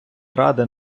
ради